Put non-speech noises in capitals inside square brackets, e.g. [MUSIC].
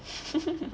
[LAUGHS]